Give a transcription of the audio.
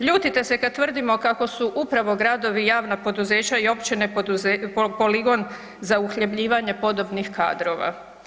Ljutite se kad tvrdimo kako su upravo gradovi, javna poduzeća i općine poligon za uhljebljivanje podobnih kadrova.